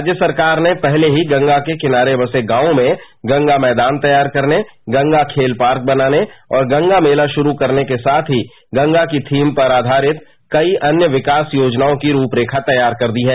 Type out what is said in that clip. राज्य सरकार ने पहले ही गंगा के किनारे बसे गांवों में गंगा मैदान तैयार करने गंगा खेल पार्क बनाने और गंगा मेला शुरू करने के साथ ही गंगा की थीम पर आधारित कई अन्य विकास योजनायों की रूपरेखा तैयार कर दी है